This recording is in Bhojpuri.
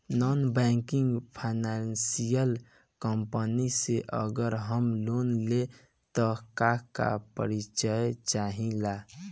नॉन बैंकिंग फाइनेंशियल कम्पनी से अगर हम लोन लि त का का परिचय चाहे ला?